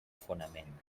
fonament